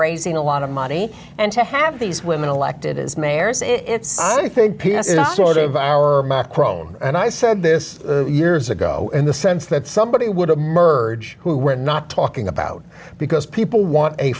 raising a lot of money and to have these women elected as mayors is sort of our own and i said this years ago in the sense that somebody would emerge who we're not talking about because people want a